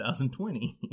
2020